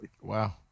wow